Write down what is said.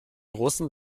russen